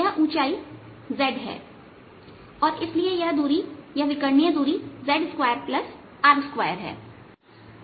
यह ऊंचाई z है और इसलिए यह भी विकरणीय दूरी z2 R2है